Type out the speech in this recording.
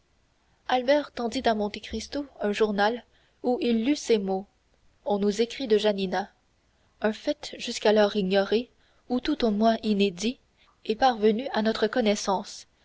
albert tendit à monte cristo un journal où il lut ces mots on nous écrit de janina un fait jusqu'alors ignoré ou tout au moins inédit est parvenu à notre connaissance